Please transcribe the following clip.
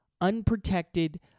unprotected